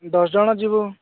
ଦଶଜଣ ଯିବୁ